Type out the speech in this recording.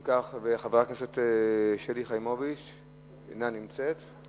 חברת הכנסת שלי יחימוביץ, אינה נמצאת.